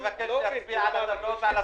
אני מבקש להצביע על הטבלאות ועל הסכומים.